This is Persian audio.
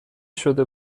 شده